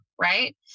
right